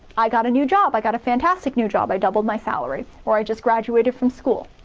i got a new job i got a fantastic new job, i doubled my salary. or, i just graduated from school.